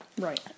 Right